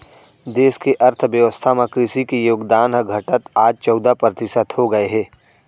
देस के अर्थ बेवस्था म कृसि के योगदान ह घटत आज चउदा परतिसत हो गए हे